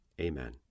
Amen